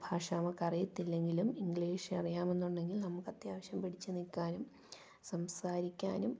ഭാഷ നമുക്കറിയത്തില്ലെങ്കിലും ഇംഗ്ലീഷ് അറിയാമെന്നുണ്ടെങ്കിൽ നമുക്ക് അത്യാവശ്യം പിടിച്ചുനില്ക്കാനും സംസാരിക്കാനും